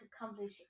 accomplish